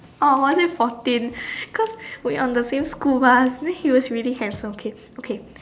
or was it fourteen cause we on the same school bus then he was really handsome okay okay